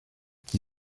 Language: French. qui